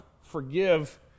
forgive